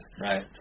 Right